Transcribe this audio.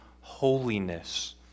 holiness